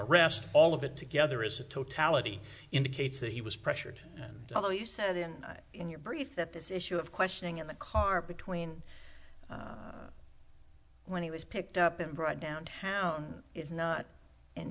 rest all of it together is a totality indicates that he was pressured although you said in your brief that this issue of questioning in the car between when he was picked up and brought downtown is not an